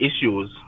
issues